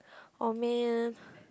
oh man